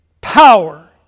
power